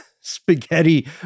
spaghetti